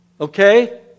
Okay